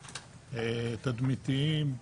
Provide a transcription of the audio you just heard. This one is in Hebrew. תדמיתיים,